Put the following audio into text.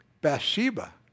Bathsheba